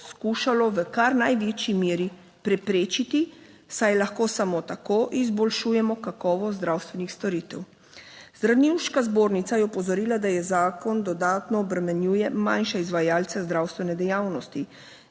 skušalo v kar največji meri preprečiti, saj lahko samo tako izboljšujemo kakovost zdravstvenih storitev. Zdravniška zbornica je opozorila, da je zakon dodatno obremenjuje manjše izvajalce zdravstvene dejavnosti.